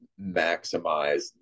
maximize